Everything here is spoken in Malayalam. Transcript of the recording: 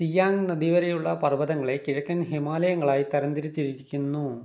സിയാങ് നദി വരെയുള്ള പർവ്വതങ്ങളെ കിഴക്കൻ ഹിമാലയങ്ങളായി തരം തിരിച്ചിരിക്കുന്നു